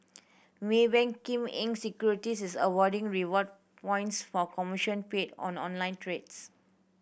Maybank Kim Eng Securities is awarding reward points for commission paid on online trades